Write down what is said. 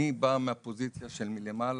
אני בא מהפוזיציה שמלמעלה.